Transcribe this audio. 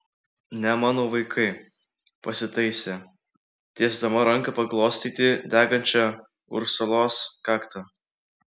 ne mano vaikai pasitaisė tiesdama ranką paglostyti degančią ursulos kaktą